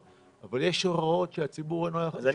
אבל יש הוראות שהציבור לא יכול לעמוד בהן.